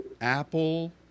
Apple